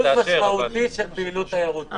משמעותי של פעילות תיירותית.